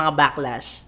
backlash